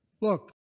Look